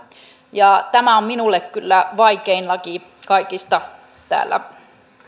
ja tämä on minulle kyllä vaikein laki kaikista täällä